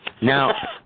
Now